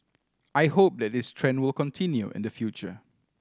I hope that this trend will continue in the future